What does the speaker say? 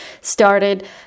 started